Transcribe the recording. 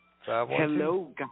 Hello